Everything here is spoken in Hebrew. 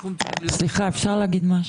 הסכום צריך להיות יותר נמוך.